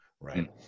right